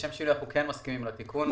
לשם שינוי, אנחנו כן מסכימים לתיקון.